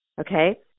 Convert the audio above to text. Okay